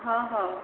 ହଁ ହଁ